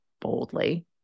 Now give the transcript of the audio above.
boldly